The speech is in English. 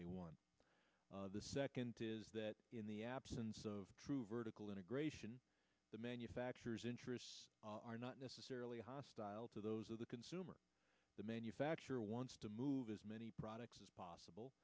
they want the second is that in the absence of true vertical integration the manufacturers interests are not necessarily hostile to those of the consumer the manufacturer wants to move as many products as possible